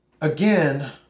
Again